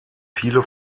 viele